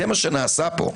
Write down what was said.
זה מה שנעשה פה.